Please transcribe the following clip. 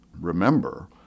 Remember